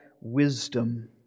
wisdom